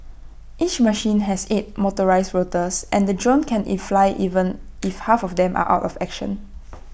each machine has eight motorised rotors and the drone can IT fly even if half of them are out of action